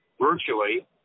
virtually